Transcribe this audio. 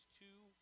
two